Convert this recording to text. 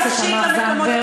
חברת הכנסת תמר זנדברג.